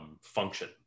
function